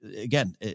Again